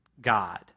God